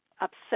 upset